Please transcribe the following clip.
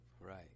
Right